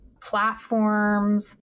platforms